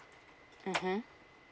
mmhmm